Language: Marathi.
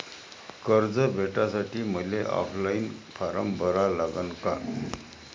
कर्ज भेटासाठी मले ऑफलाईन फारम भरा लागन का?